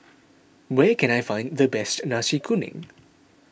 where can I find the best Nasi Kuning